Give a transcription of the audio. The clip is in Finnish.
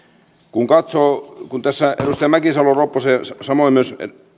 kun tässä edustaja mäkisalo ropposen samoin myös